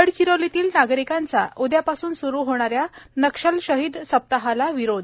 गडचिरोलीतील नागरिकांचा उद्यापासून स्रू होणाऱ्या नक्षल शहीद सप्ताहाला विरोध